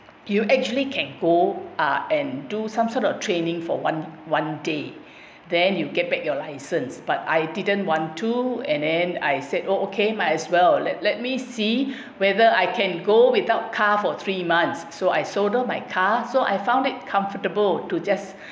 you actually can go uh and do some sort of training for one one day then you get back your license but I didn't want to and and I said oh okay might as well let let me see whether I can go without car for three months so I sold off my car so I found it comfortable to just